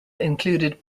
included